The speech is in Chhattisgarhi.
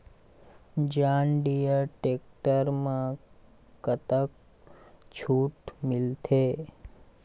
जॉन डिअर टेक्टर म कतक छूट मिलथे?